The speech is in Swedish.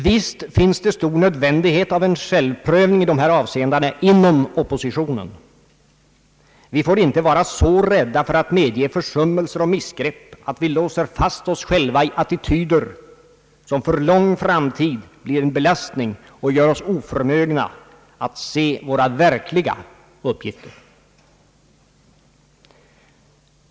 Visst finns det stor nödvändighet av en självprövning i de här avseendena inom oppositionen. Vi får inte vara så rädda för att medge försummelser och missgrepp, att vi låser fast oss själva i attityder som för lång framtid blir en belastning och gör oss oförmögna att se våra verkliga uppgifter.